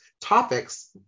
topics